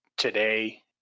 today